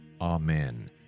Amen